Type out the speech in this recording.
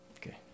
Okay